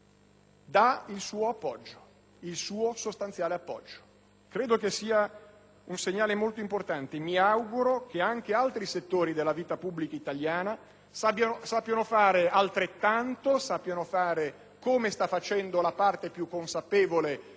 per qualcuno, dà il suo sostanziale appoggio. Credo che sia un segnale molto importante. Mi auguro che anche altri settori della vita pubblica italiana sappiano fare altrettanto, come sta facendo la parte più consapevole